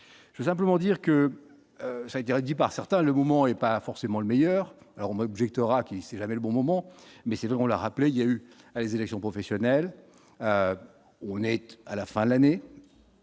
je veux simplement dire que ça a été dit par certains, le moment et pas forcément le meilleur, alors on m'objectera qu'c'est jamais le bon moment mais c'est vrai, on l'a rappelé il y a eu les élections professionnelles honnête à la fin de l'année